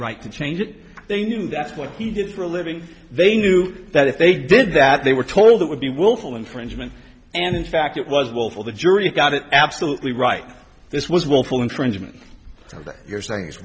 right to change it they knew that's what he did for a living they knew that if they did that they were told it would be willful infringement and in fact it was well for the jury you got it absolutely right this was willful infringement so you're saying i